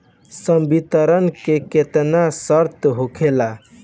संवितरण के केतना शर्त होखेला?